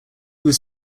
was